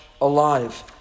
alive